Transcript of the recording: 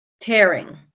tearing